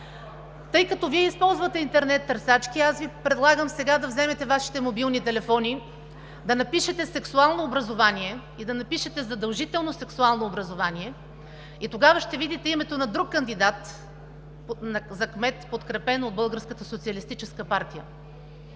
Тъй като Вие използвате интернет търсачки, аз Ви предлагам сега да вземете Вашите мобилни телефони, да напишете „Сексуално образование“ и да напишете „Задължително сексуално образование“, и тогава ще видите името на друг кандидат за кмет, подкрепен от Българската социалистическа партия.